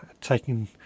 taking